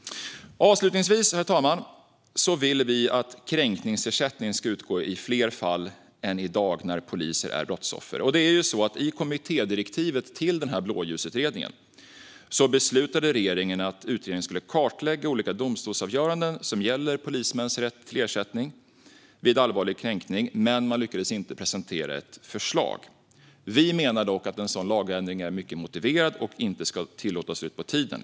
Herr talman! Vi vill att kränkningsersättning ska utgå i fler fall än i dag när poliser är brottsoffer. I och med kommittédirektivet till Blåljusutredningen beslutade regeringen att utredningen skulle kartlägga olika domstolsavgöranden som gäller polismäns rätt till ersättning vid allvarlig kränkning. Men man lyckades inte presentera ett förslag. Vi menar dock att en sådan lagändring är mycket motiverad och inte ska tillåtas dra ut på tiden.